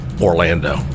orlando